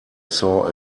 saw